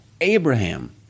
Abraham